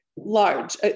large